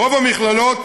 ריבוי המכללות